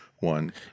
one